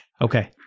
Okay